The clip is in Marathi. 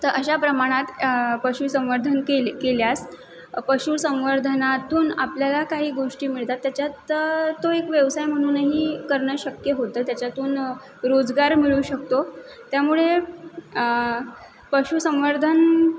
तर अशा प्रमाणात पशुसंवर्धन केले केल्यास पशुसंवर्धनातून आपल्याला काही गोष्टी मिळतात त्याच्यात तो एक व्यवसाय म्हणूनही करणं शक्य होतं त्याच्यातून रोजगार मिळू शकतो त्यामुळे पशुसंवर्धन